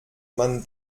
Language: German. man